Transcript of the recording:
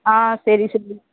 ஆ சரி சரி